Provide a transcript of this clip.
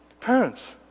Parents